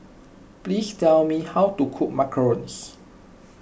please tell me how to cook Macarons